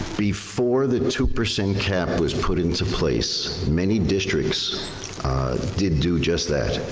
before the two percent cap was put into place, many districts did do just that.